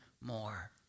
more